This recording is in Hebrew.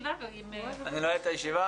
הישיבה ננעלה בשעה